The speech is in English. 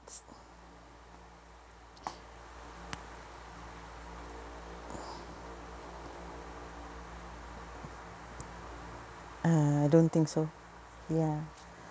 uh don't think so ya